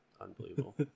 Unbelievable